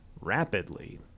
rapidly